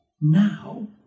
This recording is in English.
Now